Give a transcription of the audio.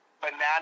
banana